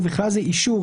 ובכלל זה אישור,